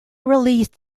released